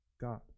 God